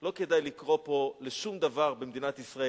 לא כדאי לקרוא פה לשום דבר במדינת ישראל.